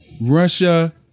Russia